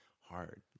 hard